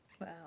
Wow